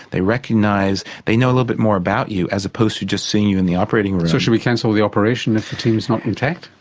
they recognise, they know a little bit more about you as opposed to just seeing you in the operating room. so should we cancel the operation if the team is not intact?